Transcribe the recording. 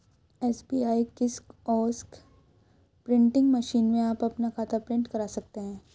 SBI kiosk printing machine में आप अपना खाता प्रिंट करा सकते हैं